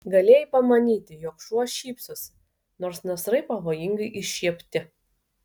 galėjai pamanyti jog šuo šypsosi nors nasrai pavojingai iššiepti